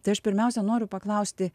tai aš pirmiausia noriu paklausti